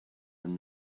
and